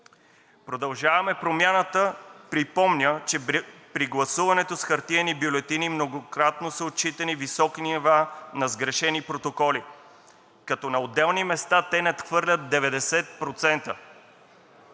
„Продължаваме Промяната“ припомня, че при гласуването с хартиени бюлетини многократно са отчитани високи нива на сгрешени протоколи, като на отделни места те надхвърлят 90%.